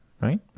Right